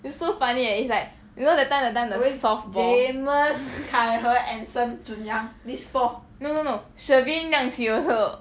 it's so funny eh it's like you know that time that time the softball no no no sheryn liang qi also